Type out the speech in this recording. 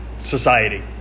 society